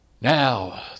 now